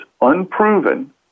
unproven